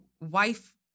wife